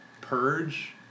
purge